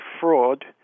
fraud